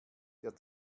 der